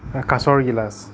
কাঁচৰ গিলাচ